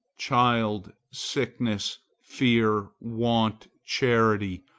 child, sickness, fear, want, charity,